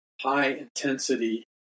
high-intensity